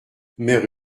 mère